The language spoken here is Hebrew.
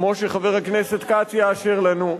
כמו שחבר הכנסת כץ יאשר לנו,